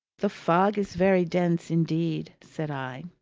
the fog is very dense indeed! said i.